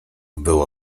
było